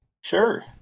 Sure